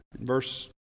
Verse